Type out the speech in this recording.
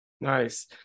Nice